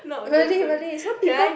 really really some people